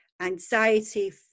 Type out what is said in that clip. anxiety